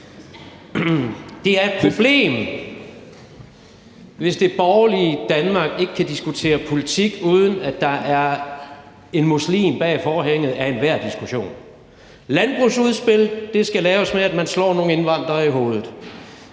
Det er et problem, hvis det borgerlige Danmark ikke kan diskutere politik, uden at der er en muslim bag forhænget i enhver diskussion. Landbrugsudspil skal laves, ved at man slår nogle indvandrere i hovedet;